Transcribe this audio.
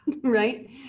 right